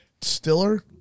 stiller